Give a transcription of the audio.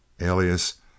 alias